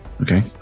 Okay